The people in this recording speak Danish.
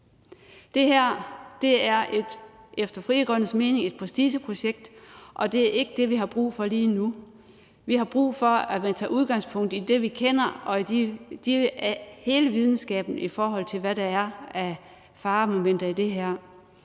mening et prestigeprojekt, og det er ikke det, vi har brug for lige nu. Vi har brug for, at man tager udgangspunkt i det, vi kender, og hele videnskaben i forhold til, hvad der er af faremomenter i det her.